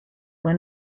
fue